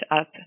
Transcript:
up